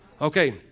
Okay